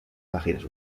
páginas